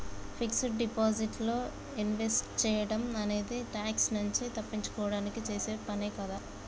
fixed deposit లో invest సేయడం అనేది ట్యాక్స్ నుంచి తప్పించుకోడానికి చేసే పనే కదా